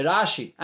Rashi